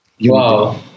Wow